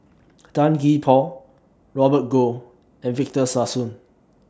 Tan Gee Paw Robert Goh and Victor Sassoon